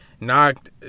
knocked